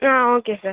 ah okay sir